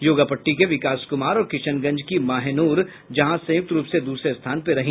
योगापट्टी के विकास कुमार और किशनगंज की माहेनूर जहां संयुक्त रूप से द्रसरे स्थान पर रही